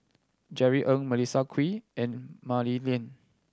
Jerry Ng Melissa Kwee and Mah Li Lian